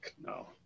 no